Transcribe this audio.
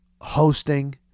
hosting